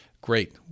great